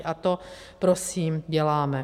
A to prosím děláme.